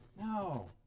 No